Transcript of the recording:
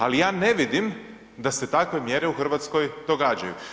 Ali ja ne vidim da se takve mjere u Hrvatskoj događaju.